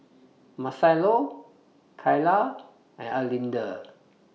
Marcello Kyla and Erlinda